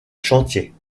chantier